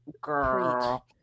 girl